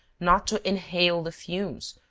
not to inhale the fumes,